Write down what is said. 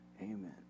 amen